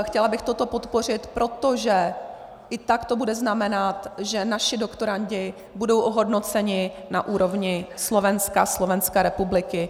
Chtěla bych toto podpořit, protože i tak to bude znamenat, že naši doktorandi budou ohodnoceni na úrovni Slovenska, Slovenské republiky.